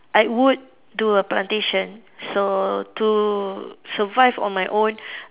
I would do a plantation so to survive on my own